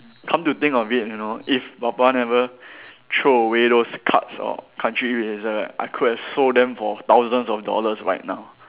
come to think of it you know if papa never throw away those cards or country eraser right I could have sold them for thousands of dollars right now